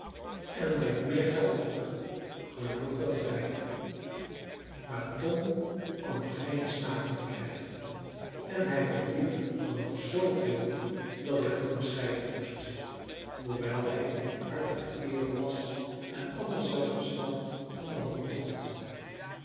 en brengt meer geld op geloof dat vrij maar tom kon er geen smaak in krijgen en hij bedierf er nog zooveel dat ik van hem scheiden moest hoewel hij een goedhartige kerel was en anders wel verstand van den handel had